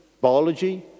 biology